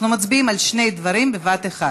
אנחנו מצביעים על שני דברים בבת-אחת.